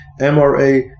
MRA